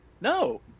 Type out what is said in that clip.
No